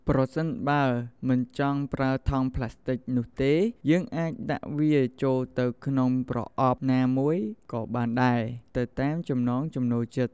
ប្រសិនបើ មិនចង់ប្រើថង់ប្លាស្ទិចនោះទេ យើងអាចដាក់វាចូលទៅក្នុងប្រអប់ណាមួយក៏បានដែរ ទៅតាមចំណង់ចំណូលចិត្ត។